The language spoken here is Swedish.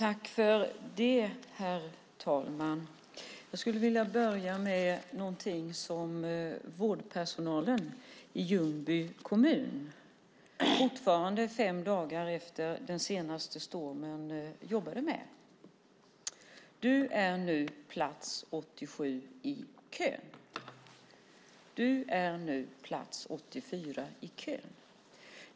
Herr talman! Jag skulle vilja börja med att ta upp någonting som vårdpersonalen i Ljungby kommun fem dagar efter den senaste stormen fortfarande jobbade med. Så här kunde det låta: Du har nu plats 87 i kön. Du har nu plats 84 i kön.